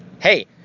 Hey